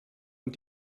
und